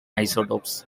isotopes